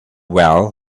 well